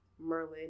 Merlin